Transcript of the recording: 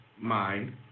mind